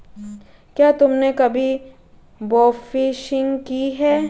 क्या तुमने कभी बोफिशिंग की है?